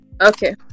Okay